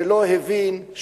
שלא הבין,